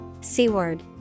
Seaward